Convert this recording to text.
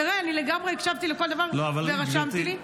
תראה, אני לגמרי הקשבתי לכל דבר ורשמתי לי.